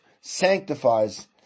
sanctifies